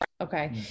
okay